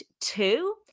two